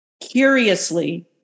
Curiously